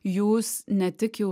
jūs ne tik jau